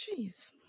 Jeez